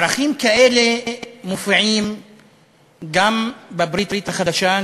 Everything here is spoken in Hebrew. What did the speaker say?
ערכים כאלה מופיעים גם בברית החדשה,